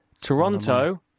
Toronto